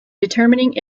determining